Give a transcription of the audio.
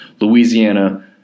Louisiana